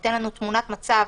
זה ייתן לנו תמונת מצב